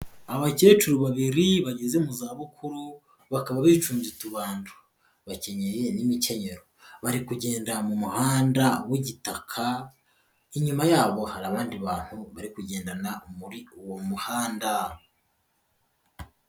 Abakecuru babiri bageze mu zabukuru, bakaba bicumbye utubando bakenyeye n'imikenyero, bari kugenda mu muhanda w'igitaka, inyuma yabo hari abandi bantu bari kugendana muri uwo muhanda.